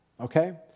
okay